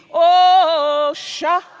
oh, shine